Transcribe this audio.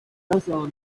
hasanzwe